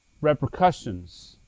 repercussions